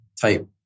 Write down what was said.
type